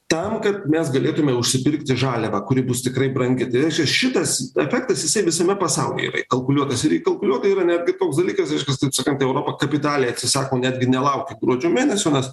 tam kad mes galėtume užsipirkti žaliavą kuri bus tikrai brangi tai reiškia šitas efektas jisai visame pasaulyje yra įkalkuliuotas ir įkalkuliuota yra netgi toks dalykas reiškias taip sakant europa kapitaliai atsisako netgi nelaukia gruodžio mėnesio nes